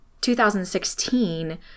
2016